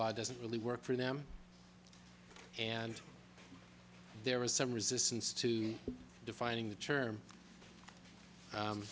law doesn't really work for them and there was some resistance to defining the term